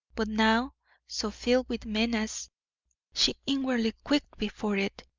but now so filled with menace she inwardly quaked before it,